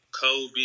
Kobe